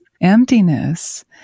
emptiness